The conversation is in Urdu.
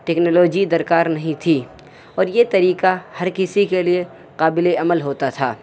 ٹیکنالوجی درکار نہیں تھی اور یہ طریقہ ہر کسی کے لیے قابلِ عمل ہوتا تھا